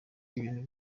ibintu